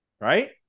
right